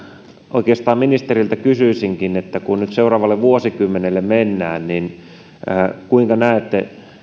oikeastaan ministeriltä kysyisinkin kun nyt seuraavalle vuosikymmenelle mennään kuinka näette